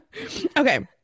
okay